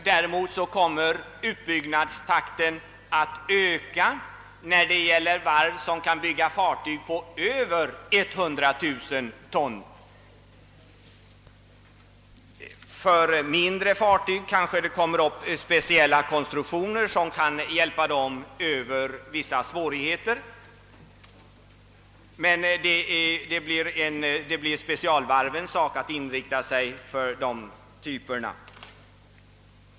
Däremot kommer sysselsättningen att öka för varv som kan bygga fartyg på över 100 000 ton. När det gäller mindre fartyg kanske svårigheterna kan övervinnas genom specialkonstruktioner, och det får bli specialvarvens sak att inrikta sig på dessa typer av fartyg.